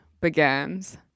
begins